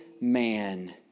man